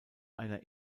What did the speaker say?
einer